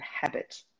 habit